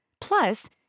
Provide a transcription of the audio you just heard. Plus